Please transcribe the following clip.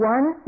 One